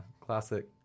Classic